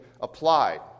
applied